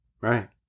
Right